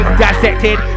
dissected